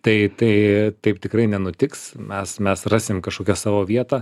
tai tai taip tikrai nenutiks mes mes rasim kažkokią savo vietą